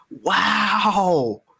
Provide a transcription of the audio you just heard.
Wow